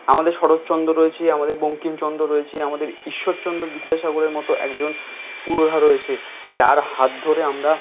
আমাদের শরৎচন্দ্র রয়েছে আমাদের বঙ্কিমচন্দ্র রয়েছে আমাদের ঈশ্বরচন্দ বিদ্যাসাগরের মতো একজন পুরোধা রয়েছে যার হাত ধরে আমরা